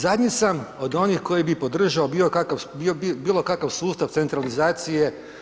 Zadnji sam od onih koji bi podržao bilo kakav sustav centralizacije.